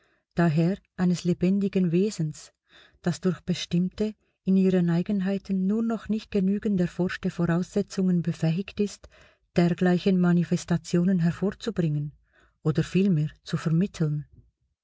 h eines lebendigen wesens das durch bestimmte in ihren eigenheiten nur noch nicht genügend erforschte voraussetzungen befähigt ist dergleichen manifestationen hervorzubringen oder vielmehr zu vermitteln